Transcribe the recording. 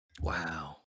wow